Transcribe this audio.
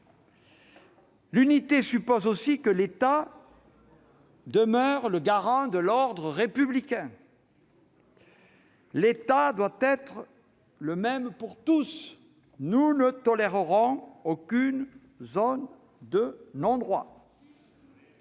L'unité suppose aussi que l'État demeure le garant de l'ordre républicain. L'État doit être le même pour tous : nous ne tolérerons aucune zone de non-droit